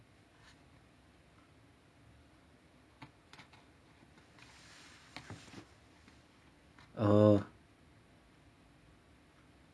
oh